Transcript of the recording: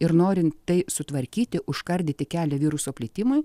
ir norint tai sutvarkyti užkardyti kelią viruso plitimui